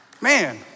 Man